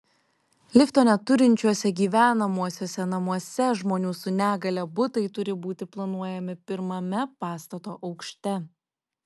lifto neturinčiuose gyvenamuosiuose namuose žmonių su negalia butai turi būti planuojami pirmame pastato aukšte